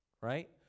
right